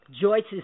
Joyce's